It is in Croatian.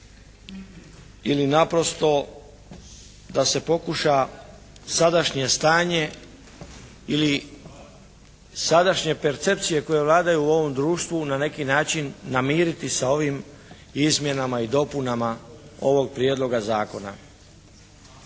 ili naprosto da se pokuša sadašnje stanje ili sadašnje percepcije koje vladaju u ovom društvu na neki način namiriti sa ovim izmjenama i dopunama ovog prijedloga zakona.